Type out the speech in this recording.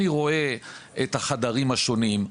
אני רואה את החדרים השונים,